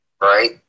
right